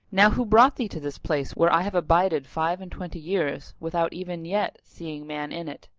now who brought thee to this place where i have abided five and twenty years without even yet seeing man in it?